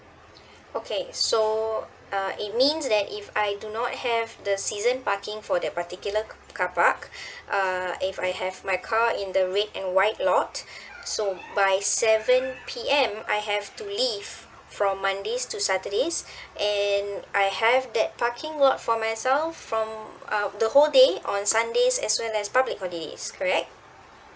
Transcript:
okay so uh it means that if I do not have the season parking for that particular carpark uh if I have my car in the red and white lot so by seven P_M I have to leave from mondays to saturday and I have that parking lot for myself from uh the whole day on sundays as well as public holidays correct